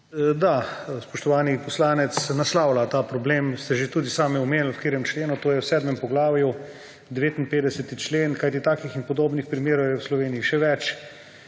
Da, spoštovani poslanec, naslavlja ta problem. Ste že tudi sami omenili, v katerem členu, to je v sedmem poglavju 59. člen, kajti takih in podobnih primerov je v Sloveniji še več,